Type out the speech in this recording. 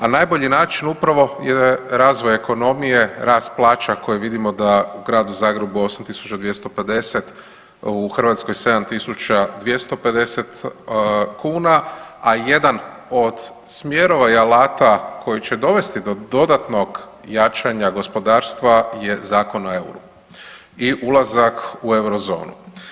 A najbolji način upravo je razvoj ekonomije, rast plaća koje vidimo da u gradu Zagrebu 8.250 u Hrvatskoj 7.250 kuna, a jedan od smjerova i alata koji će dovesti do dodatnog jačanja gospodarstva je Zakon o euru i ulazak u Eurozonu.